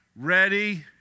ready